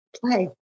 play